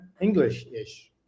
English-ish